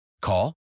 Call